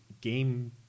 Game